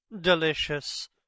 delicious